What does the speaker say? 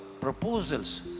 proposals